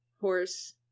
horse